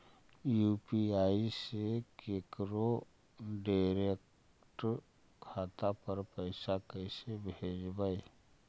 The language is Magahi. यु.पी.आई से केकरो डैरेकट खाता पर पैसा कैसे भेजबै?